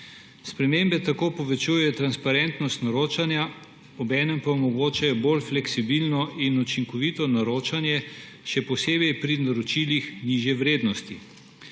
Spremembe tako povečujejo transparentnost naročanja, obenem pa omogočajo bolj fleksibilno in učinkovito naročanje, še posebej pri naročilih nižje vrednosti. Sistem